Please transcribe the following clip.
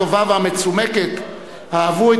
הטובה והמצומקת אהבו את